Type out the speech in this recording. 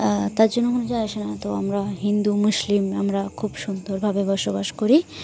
তার জন্য কোনো যায় আসে না তো আমরা হিন্দু মুসলিম আমরা খুব সুন্দরভাবে বসবাস করি